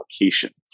applications